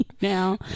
now